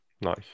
Nice